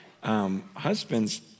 Husbands